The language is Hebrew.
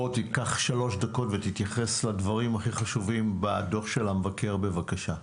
בוא תיקח שלוש דקות ותתייחס לדברים הכי חשובים בדוח של המבקר בבקשה.